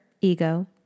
ego